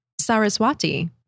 Saraswati